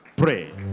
Pray